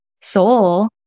soul